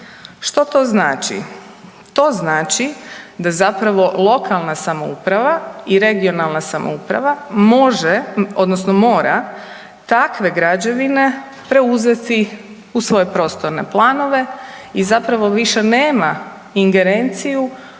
Što to znači? To znači da zapravo lokalna samouprava i regionalna samouprava može odnosno mora takve građevine preuzeti u svoje prostorne planove i zapravo više nema ingerenciju